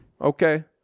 okay